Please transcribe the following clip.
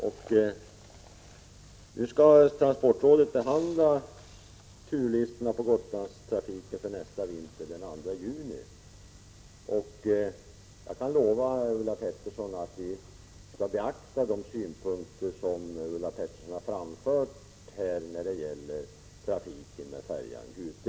Den 2 juni skall transportrådet behandla Gotlandstrafikens turlistor för nästa vinter, och jag kan lova att vi då skall beakta de synpunkter som Ulla Pettersson har framfört här när det gäller trafiken med färjan Gute.